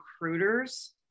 recruiters